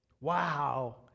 Wow